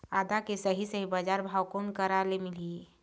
आदा के सही सही बजार भाव कोन करा से मिलही?